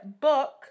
book